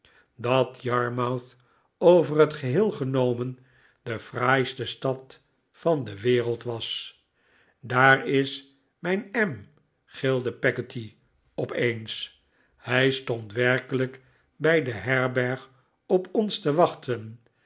dat yarmouth over het geheel genomen de fraaiste stad van de wereld was daar is mijn am gilde peggotty opeens hij stond werkelijk bij de herberg op ons te wachten